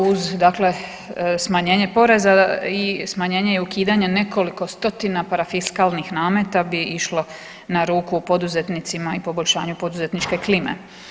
Uz smanjenje poreza i smanjenje ukidanja nekoliko stotina parafiskalnih nameta bi išlo na ruku poduzetnicima i poboljšanju poduzetničke klime.